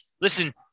Listen